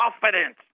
confidence